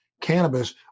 cannabis